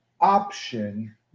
option